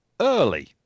early